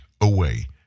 away